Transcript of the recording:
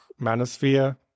manosphere